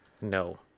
no